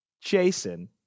jason